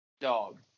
dog